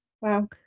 Wow